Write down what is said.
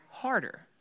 harder